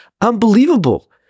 unbelievable